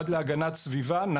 למשבר האקלים והיערכות המשרדים.